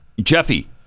Jeffy